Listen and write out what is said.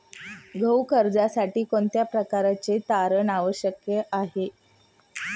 गृह कर्जासाठी कोणत्या प्रकारचे तारण आवश्यक आहे?